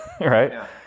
right